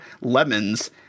lemons